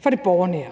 for det borgernære.